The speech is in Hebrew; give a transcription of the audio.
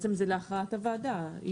זה להכרעת הוועדה.